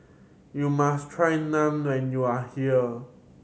you must try Naan when you are here